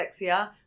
sexier